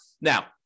Now